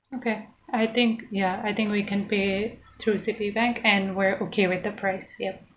okay I think ya I think we can pay to Citibank and we're okay with the price yup